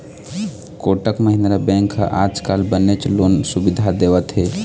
Kotak Mahindra bank ह आजकाल बनेच लोन सुबिधा देवत हे